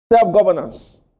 Self-governance